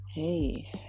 Hey